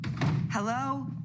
Hello